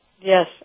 Yes